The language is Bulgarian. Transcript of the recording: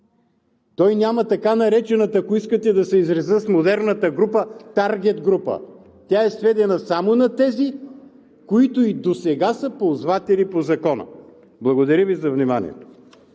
Той няма така наречената, ако искате да се изразя с модерната дума „таргет група“. Тя е сведена само за тези, които и досега са ползватели по Закона. Благодаря за вниманието.